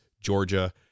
Georgia